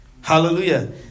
Hallelujah